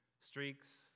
Streaks